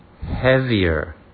heavier